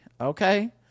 okay